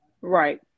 Right